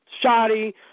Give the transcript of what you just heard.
shoddy